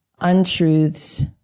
untruths